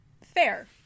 fair